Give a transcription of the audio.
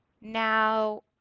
Now